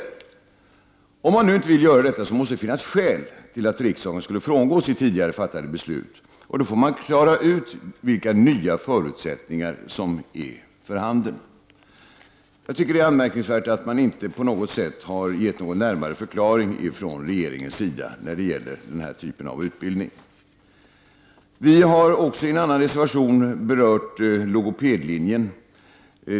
Om man inte vill göra detta måste det finnas skäl till att riksdagen frångår sitt tidigare fattade beslut. Då måste man klara ut vilka nya förutsättningar som är för handen. Jag tycker att det när det gäller den här typen av utbildning är anmärkningsvärt att man från regeringens sida inte på något sätt har gett en närmare förklaring. I en reservation har vi också berört logopedlinjen.